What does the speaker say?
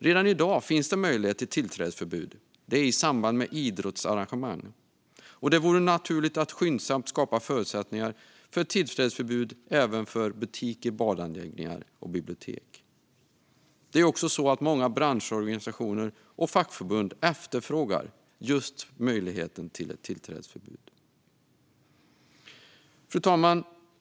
Redan i dag finns möjlighet till tillträdesförbud i samband med idrottsarrangemang. Det vore naturligt att skyndsamt skapa förutsättningar för ett tillträdesförbud även för butiker, badanläggningar och bibliotek. Många branschorganisationer och fackförbund efterfrågar också just möjligheten till ett tillträdesförbud. Fru talman!